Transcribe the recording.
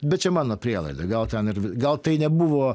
bet čia mano prielaida gal ten ir gal tai nebuvo